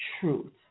truth